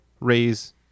raise